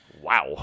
Wow